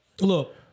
look